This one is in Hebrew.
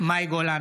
מאי גולן,